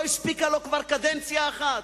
לא הספיקה לו כבר קדנציה אחת?